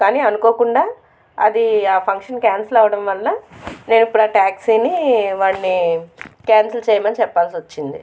కానీ అనుకోకుండా అది ఆ ఫంక్షన్ క్యాన్సిల్ అవడం వల్ల నేను ఇప్పుడు ఆ టాక్సీని వాడిని క్యాన్సిల్ చేయమని చెప్పాల్సి వచ్చింది